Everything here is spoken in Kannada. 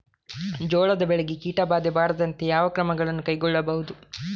ಜೋಳದ ಬೆಳೆಗೆ ಕೀಟಬಾಧೆ ಬಾರದಂತೆ ಯಾವ ಕ್ರಮಗಳನ್ನು ಕೈಗೊಳ್ಳಬಹುದು?